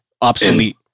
obsolete